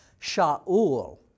Sha'ul